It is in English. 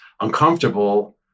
uncomfortable